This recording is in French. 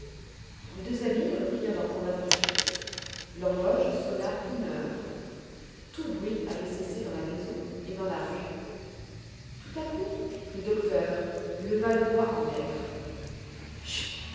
les deux amis reprirent leur conversation l'horloge sonna une heure tout bruit avait cessé dans la maison et dans la rue tout à coup le docteur leva le doigt en l'air